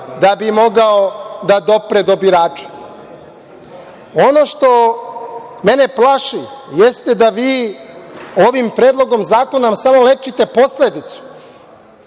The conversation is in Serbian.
da bi mogao da dopre do birača. Ono što mene plaši jeste da vi ovim predlogom zakona samo lečite posledicu